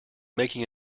making